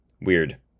weird